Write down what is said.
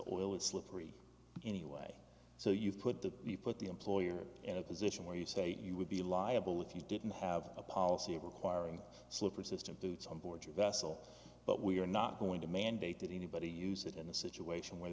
oil is slippery anyway so you put the you put the employer in a position where you say you would be liable if you didn't have a policy requiring slipper system toots on board your vessel but we're not going to mandate that anybody use it in a situation where